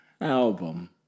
album